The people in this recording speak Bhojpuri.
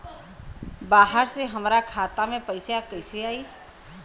बाहर से हमरा खाता में पैसा कैसे आई?